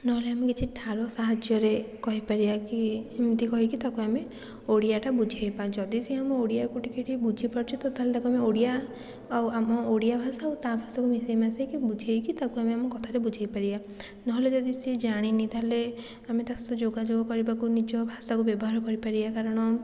ନହେଲେ ଆମେ କିଛି ଠାର ସାହାଯ୍ୟରେ କହିପାରିବା କି ଏମିତି କହିକି ତାକୁ ଆମେ ଓଡ଼ିଆଟା ବୁଝେଇବା ଯଦି ସେ ଆମ ଓଡ଼ିଆକୁ ଟିକିଏ ଟିକିଏ ବୁଝିପାରୁଛି ତ ତାହେଲେ ଆମେ ତାକୁ ଓଡ଼ିଆ ଆଉ ଆମ ଓଡ଼ିଆ ଭାଷା ଓ ତା' ଭାଷାକୁ ମିଶେଇ ମାଶେଇକି ବୁଝେଇକି ତାକୁ ଆମେ ଆମ କଥାରେ ବୁଝେଇପାରିବା ନହେଲେ ଯଦି ସେ ଜାଣିନି ତାହେଲେ ଆମେ ତା' ସହିତ ଯୋଗାଯୋଗ କରିବାକୁ ନିଜ ଭାଷାକୁ ବ୍ୟବହାର କରିପାରିବା କାରଣ